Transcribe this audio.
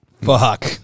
Fuck